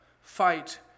fight